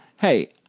hey